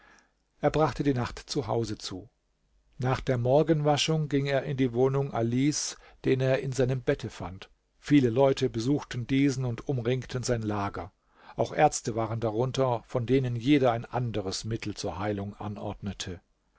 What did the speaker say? er brachte die nacht zu hause zu nach der morgenabwaschung ging er in die wohnung alis den er in seinem bette fand viele leute besuchten diesen und umringten sein lager auch ärzte waren darunter von denen jeder ein anderes mittel zur heilung anordnete